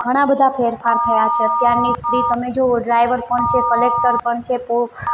ઘણા બધા ફેરફાર થયા છે અત્યારની સ્ત્રી તમે જોવો ડ્રાઈવર પણ છે કલેક્ટર પણ છે પો